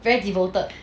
very devoted